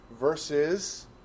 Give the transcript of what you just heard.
versus